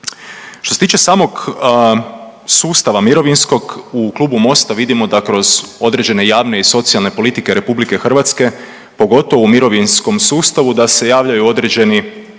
Što se tiče samog sustava mirovinskog u Klubu MOST-a vidimo da kroz određene javne i socijalne politike RH pogotovo u mirovinskom sustavu da se javljaju određeni